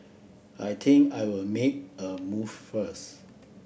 I think I'll make a move first